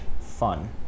fun